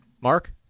Mark